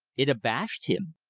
it abashed him.